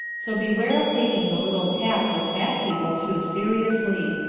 so beware of taking the little pats of fat people too seriously.